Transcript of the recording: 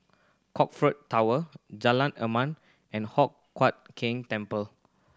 Crockford Tower Jalan Enam and Hock Huat Keng Temple